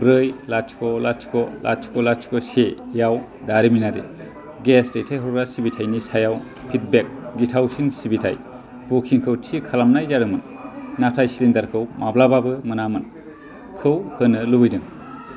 ब्रै लाथिख लाथिख लाथिख लाथिख सेयाव दारिमिनारि गेस दैथायहरग्रा सिबिथायनि सायाव फिडबेक गिथावसिन सिबिथाय बुकिंखौ थि खालामनाय जादोंमोन नाथाय सिलिण्डारखौ माब्लाबाबो मोनामोनखौ होनो लुबैदों